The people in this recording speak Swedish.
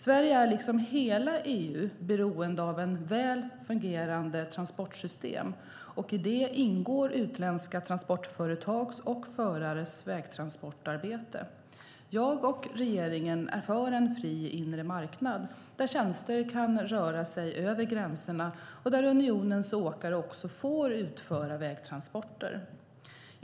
Sverige är liksom hela EU beroende av ett väl fungerande transportsystem, och i det ingår utländska transportföretags och förares vägtransportarbete. Jag och regeringen är för en fri inre marknad där tjänster kan röra sig över gränserna och där unionens åkare också får utföra vägtransporter.